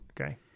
Okay